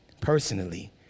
personally